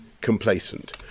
complacent